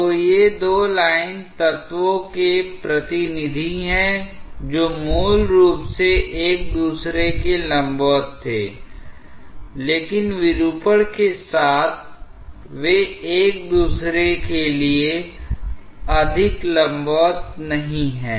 तो ये दो लाइन तत्वों के प्रतिनिधि हैं जो मूल रूप से एक दूसरे के लंबवत थे लेकिन विरूपण के साथ वे एक दूसरे के लिए अधिक लंबवत नहीं हैं